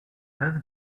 those